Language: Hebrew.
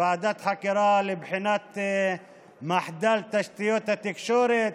ועדת חקירה לבחינת מחדל תשתיות התקשורת,